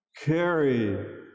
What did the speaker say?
Carry